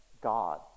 God